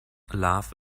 love